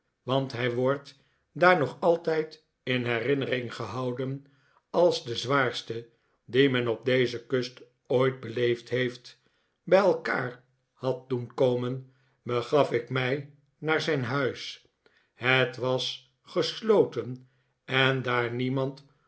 want hij wordt daar nog altijd in herinnering gehouden als de zwaarste dien men op deze kust ooit beleefd heeft bij elkaar had doen komen begaf ik mij naar zijn huis het was gesloten en daar niemand